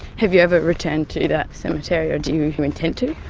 have you ever returned to that cemetery or do you and you intend to?